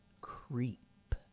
creep